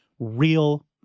real